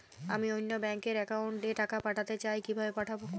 আমি অন্য ব্যাংক র অ্যাকাউন্ট এ টাকা পাঠাতে চাই কিভাবে পাঠাবো?